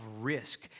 risk